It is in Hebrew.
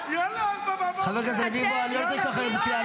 האימהות האלה באות לכאן ואתם אומרים להן תקצרי,